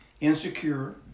insecure